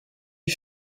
lui